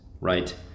right